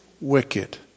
wicked